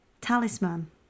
Talisman